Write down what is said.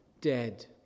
dead